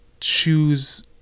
choose